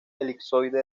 elipsoide